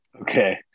Okay